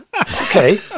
Okay